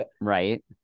Right